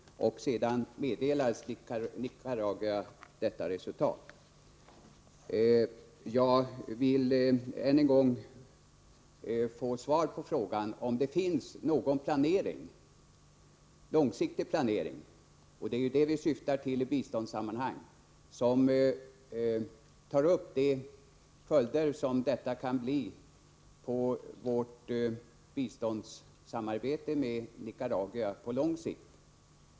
Sedan meddelades Nicaragua detta beslut. Jag vill än en gång fråga: Finns det någon långsiktig planering — det är ju detta vi syftar till i biståndssammanhang — som tar upp de följder som det inträffade kan få på vårt biståndssamarbete med Nicaragua på lång sikt?